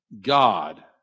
God